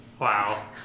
Wow